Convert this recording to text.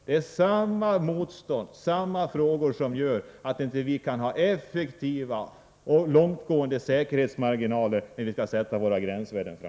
Det är samma motstånd och samma förhållanden som gör att vi inte kan ha effektiva och långtgående säkerhetsmarginaler när vi framöver sätter gränsvärdena.